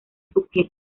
subjetiva